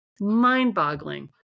mind-boggling